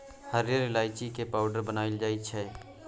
हरिहर ईलाइची के पाउडर बनाएल जाइ छै